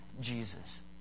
Jesus